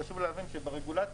חשוב להבין שברגולציה,